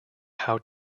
how